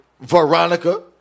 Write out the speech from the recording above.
Veronica